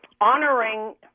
honoring